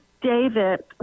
David